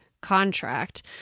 contract